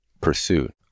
pursuit